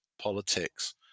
politics